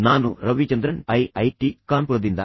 ನಾನು ರವಿಚಂದ್ರನ್ ಐಐಟಿ ಕಾನ್ಪುರ ದಿಂದ